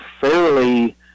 fairly